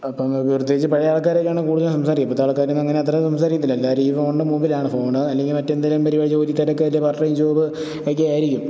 അപ്പോള് പ്രത്യേകിച്ച് പഴയ ആൾക്കാരൊക്കെയാണ് കൂടുതലും സംസാരിക്കുന്നത് ഇപ്പോഴത്തെ ആൾക്കാരൊന്നും അത്ര സംസാരിക്കത്തില്ല എല്ലാവരും ഈ ഫോണിൻ്റെ മുമ്പിലാണ് ഫോണ് അല്ലങ്കിൽ മറ്റെന്തെങ്കിലും പരിപാ ജോലിത്തിരക്ക് അല്ലെങ്കില് പാർട്ട് ടൈം ജോബ് ഒക്കെ ആയിരിക്കും